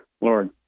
Lord